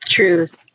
Truth